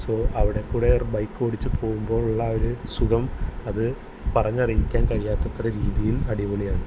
so അവിടെക്കൂടെ ഒരു ബൈക്കോടിച്ച് പോവുമ്പോൾ ഉള്ള ഒരു സുഖം അത് പറഞ്ഞറിയിക്കാൻ കഴിയാത്തത്ര രീതിയിൽ അടിപൊളിയാണ്